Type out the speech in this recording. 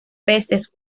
peces